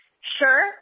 Sure